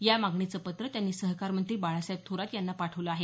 या मागणीचं पत्र त्यांनी सहकारमंत्री बाळासाहेब थोरात यांना पाठवलं आहे